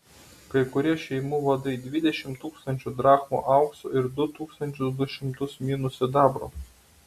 kai kurie šeimų vadai dvidešimt tūkstančių drachmų aukso ir du tūkstančius du šimtus minų sidabro